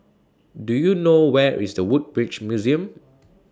Do YOU know Where IS The Woodbridge Museum